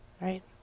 right